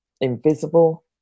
invisible